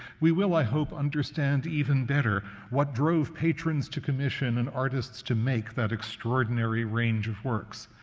we will, i hope, understand even better what drove patrons to commission and artists to make that extraordinary range of works.